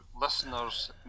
listeners